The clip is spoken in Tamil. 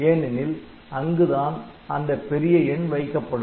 ஏனெனில் அங்குதான் அந்த பெரிய எண் வைக்கப்படும்